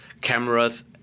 cameras